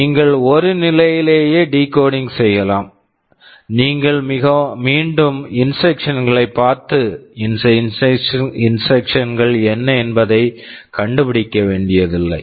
நீங்கள் ஒரு நிலையிலேயே டிகோட் decode செய்யலாம் நீங்கள் மீண்டும் இன்ஸ்ட்ரக்சன் instructions களைப் பார்த்து இந்த இன்ஸ்ட்ரக்சன் instructions கள் என்ன என்பதைப் கண்டுபிடிக்க வேண்டியதில்லை